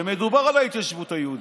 ומדובר על ההתיישבות היהודית.